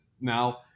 Now